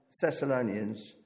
Thessalonians